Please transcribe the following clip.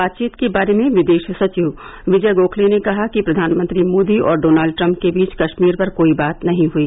बातचीत के बारे में विदेश सचिव विजय गोखते ने कहा कि प्रधानमंत्री मोदी और डॉनाल्ड ट्रंप के बीच कश्मीर पर कोई बात नहीं हुई